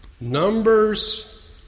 numbers